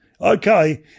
Okay